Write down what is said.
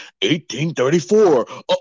1834